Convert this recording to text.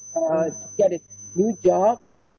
uh to get a new job